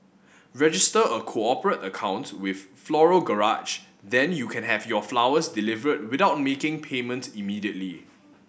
register a cooperate accounts with Floral Garage then you can have your flowers delivered without making payment immediately